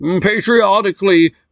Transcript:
patriotically